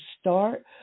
start